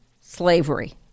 slavery